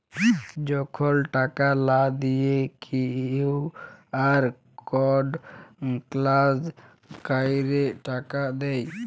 যখল টাকা লা দিঁয়ে কিউ.আর কড স্ক্যাল ক্যইরে টাকা দেয়